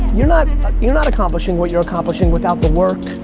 you're not you're not accomplishing what you're accomplishing without the work.